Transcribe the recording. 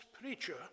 preacher